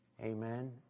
Amen